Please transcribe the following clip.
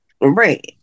Right